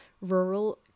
rural